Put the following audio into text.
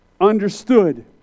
understood